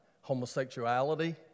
homosexuality